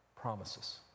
promises